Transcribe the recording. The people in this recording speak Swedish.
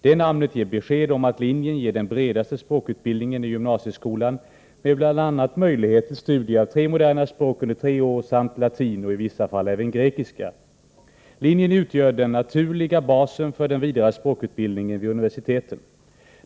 Det senare namnet ger besked om att linjen ger den bredaste språkutbildningen i gymnasieskolan, med bl.a. möjlighet till studier av tre moderna språk under tre år samt latin och i vissa fall även grekiska. Linjen utgör den naturliga basen för vidare språkutbildning vid universiteten.